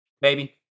baby